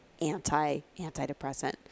anti-antidepressant